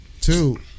Two